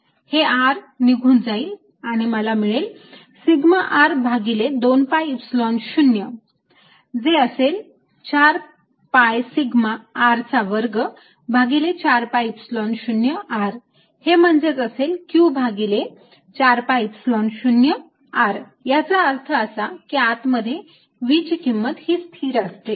हे R निघून जाईल आणि मला मिळेल सिग्मा R भागिले 2 Epsilon 0 जे असेल 4 pi सिग्मा R चा वर्ग भागिले 4 pi Epsilon 0 R हे म्हणजेच आहे Q भागिले 4 pi Epsilon 0 R याचा अर्थ असा की आत मध्ये V ची किंमत ही स्थिर असते